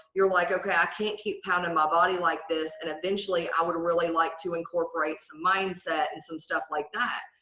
you're like okay i can't keep pounding my body like this and eventually i would really like to incorporate some mindset and some stuff like that.